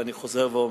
ואני חוזר ואומר,